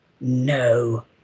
No